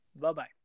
bye-bye